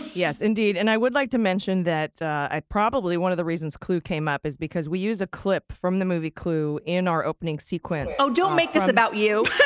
yes, indeed. and i would like to mention that probably one of the reasons clue came up is because we use a clip from the movie clue in our opening sequence. oh, don't make this about you.